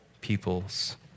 peoples